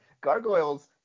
Gargoyles